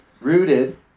rooted